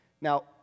Now